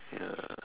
ya